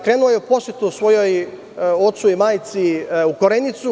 Krenuo je u posetu svojem ocu i majci u Korenicu.